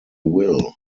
will